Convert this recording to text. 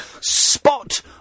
Spot